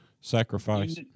sacrifice